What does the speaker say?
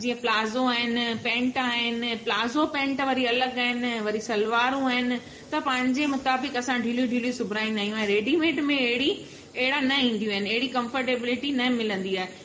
जीअं प्लाज़ो आहिनि पैंट आहिनि प्लाज़ो पैंट वरी अलॻि आहिनि वरी सलवारूं आहिनि त पंहिंजे मुताबिक असां ढिलियूं ढिलियूं सिबाईंदा आहियूं रेडीमेड में अहिड़ी अहिड़ा न ईंदियूं आहिनि अहिड़ी कंफ़र्टेबिलिटी न मिलंदी आहे